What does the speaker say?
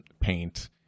paint